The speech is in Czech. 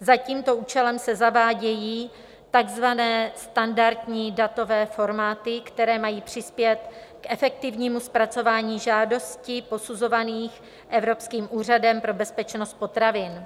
Za tímto účelem se zavádějí takzvané standardní datové formáty, které mají přispět k efektivnímu zpracování žádostí, posuzovaných Evropským úřadem pro bezpečnost potravin.